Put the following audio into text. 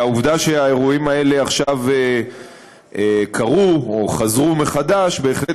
העובדה שהאירועים האלה עכשיו קרו או חזרו מחדש בהחלט